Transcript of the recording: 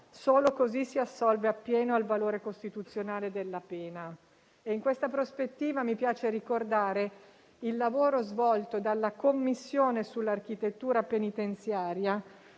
Solo così si assolve a pieno al valore costituzionale della pena. In questa prospettiva, mi piace ricordare il lavoro svolto dalla Commissione sull'architettura penitenziaria,